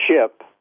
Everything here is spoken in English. ship